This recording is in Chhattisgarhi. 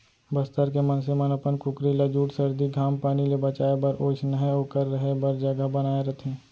बस्तर के मनसे मन अपन कुकरी ल जूड़ सरदी, घाम पानी ले बचाए बर ओइसनहे ओकर रहें बर जघा बनाए रथें